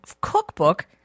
cookbook